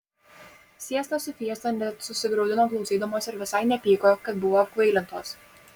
siesta su fiesta net susigraudino klausydamos ir visai nepyko kad buvo apkvailintos